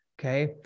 Okay